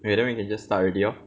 and then we can just start already lor